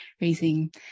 raising